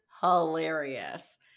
hilarious